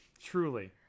Truly